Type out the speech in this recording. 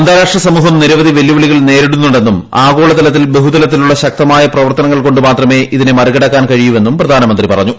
അന്താരാഷ്ട്ര സമൂഹം നിരവധി വെല്ലുവിളികൾ നേരിടുന്നുണ്ടെന്നും ആഗോള തലത്തിൽ ബഹുതലത്തിലുള്ള ശക്തമായ പ്രവർത്തനങ്ങൾകൊണ്ടുമാത്രമേ ഇത്തിനെ മറികടക്കാൻ കഴിയൂവെന്നും പ്രധാനമന്ത്രി പറഞ്ഞു